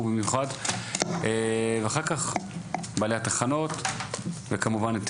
במיוחד ואחר כך בעלי התחנות וכמובן את